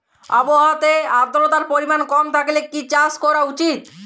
আবহাওয়াতে আদ্রতার পরিমাণ কম থাকলে কি চাষ করা উচিৎ?